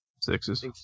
sixes